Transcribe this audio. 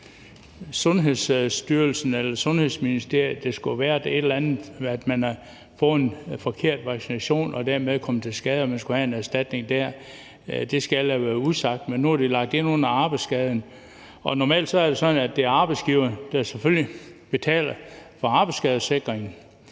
eller andet med, at man har fået en forkert vaccination og dermed er kommet til skade og skal have en erstatning dér – skal jeg lade være usagt, men nu er det lagt ind som en arbejdsskade. Normalt er det sådan, at det er arbejdsgiveren, der selvfølgelig betaler for arbejdsskadesikringen,